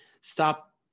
stop